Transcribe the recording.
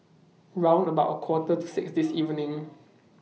round about A Quarter to six This evening